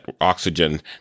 Oxygen